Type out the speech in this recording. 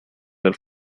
del